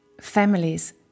families